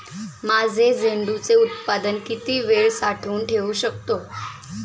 माझे झेंडूचे उत्पादन किती वेळ साठवून ठेवू शकतो?